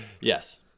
Yes